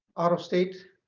out of state.